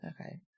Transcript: Okay